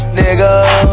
nigga